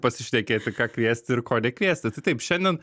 pasišnekėti ką kviesti ir ko nekviesti tai taip šiandien